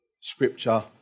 scripture